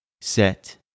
set